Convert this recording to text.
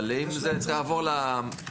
אבל אם זה צריך לעבור לאוניברסיטאות